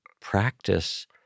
practice